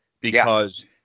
because-